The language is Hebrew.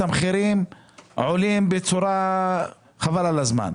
המחירים עולים בצורה חבל על הזמן.